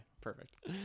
perfect